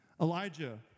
Elijah